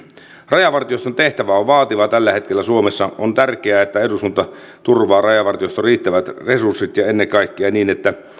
rajavartioston tehtävä on vaativa tällä hetkellä suomessa on tärkeää että eduskunta turvaa rajavartioston riittävät resurssit ja ennen kaikkea niin että